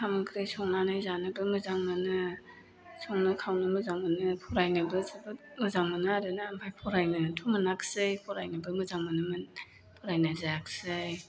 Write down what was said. ओंखाम ओंख्रि संनानै जानोबो मोजां मोनो संनो खावनोबो मोजां मोनो फरायनोबो जोबोद मोजां मोनो आरोना ओमफ्राय फरायनोथ' मोनाखिसै फरायनोबो मोजां मोनोमोन फरायनाय जायाखिसै